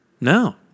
No